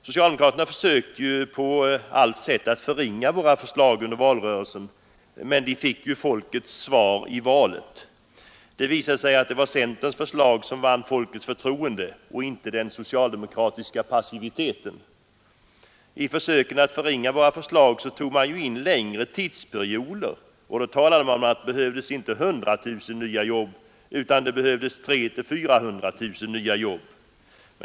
Socialdemokraterna försökte under valrörelsen på allt sätt att förringa våra förslag, men de fick ju folkets svar i valet. Det visade sig att det var centerns förslag som vann folkets förtroende och inte den socialdemokratiska passiviteten. I försöken att förringa våra förslag tog man in längre tidsperioder, och då talade man om att det behövdes inte 100 000 nya jobb utan 300 000-400 000.